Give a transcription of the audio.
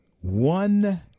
one